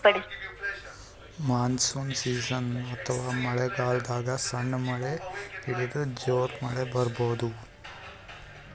monsoon season ಅಥವಾ ಮಳಿಗಾಲದಾಗ್ ಸಣ್ಣ್ ಮಳಿ ಹಿಡದು ಜೋರ್ ಮಳಿ ಬರಬಹುದ್